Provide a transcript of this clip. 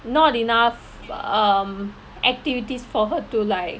not enough um activities for her to like